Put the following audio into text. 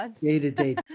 Day-to-day